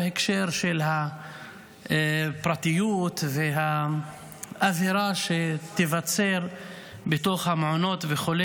בהקשר של הפרטיות והאווירה שתיווצר בתוך המעונות וכו',